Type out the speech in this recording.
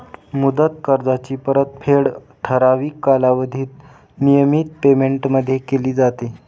मुदत कर्जाची परतफेड ठराविक कालावधीत नियमित पेमेंटमध्ये केली जाते